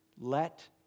Let